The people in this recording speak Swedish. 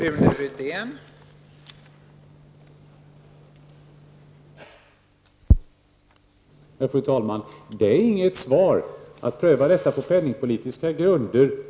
Fru talman! Att säga att detta skall prövas på penningpolitiska grunder är inget svar.